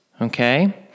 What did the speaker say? Okay